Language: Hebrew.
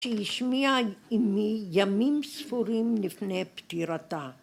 ‫שהשמיעה אימי ימים ספורים ‫לפני פטירתה.